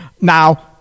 now